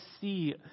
see